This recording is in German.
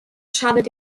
schadet